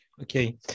Okay